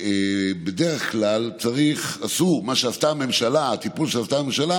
בדרך כלל, מה שעשתה הממשלה, הטיפול שעשתה הממשלה